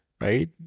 right